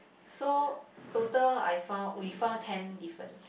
so total I found we found ten difference